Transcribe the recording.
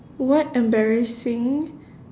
what embarrassing